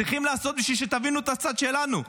צריכים לעשות בשביל שתבינו את הצד שלנו,